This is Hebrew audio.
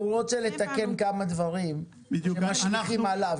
הוא רוצה לתקן כמה דברים שמשליכים עליו,